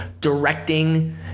directing